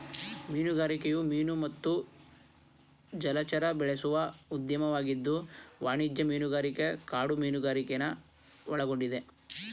ಮೀನುಗಾರಿಕೆಯು ಮೀನು ಮತ್ತು ಜಲಚರ ಬೆಳೆಸುವ ಉದ್ಯಮವಾಗಿದ್ದು ವಾಣಿಜ್ಯ ಮೀನುಗಾರಿಕೆ ಕಾಡು ಮೀನುಗಾರಿಕೆನ ಒಳಗೊಂಡಿದೆ